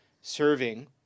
serving